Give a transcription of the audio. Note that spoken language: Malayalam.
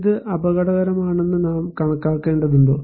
ഇത് അപകടകരമാണെന്ന് നാം കണക്കാക്കേണ്ടതുണ്ടോ